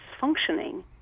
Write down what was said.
functioning